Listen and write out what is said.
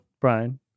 Brian